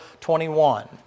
21